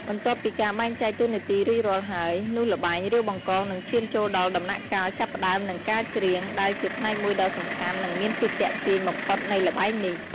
បន្ទាប់ពីការបែងចែកតួនាទីរួចរាល់ហើយ នោះល្បែង រាវបង្កង នឹងឈានចូលដល់ដំណាក់កាល ចាប់ផ្តើម និងការច្រៀង ដែលជាផ្នែកមួយដ៏សំខាន់ និងមានភាពទាក់ទាញបំផុតនៃល្បែងនេះ។